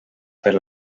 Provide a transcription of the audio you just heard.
per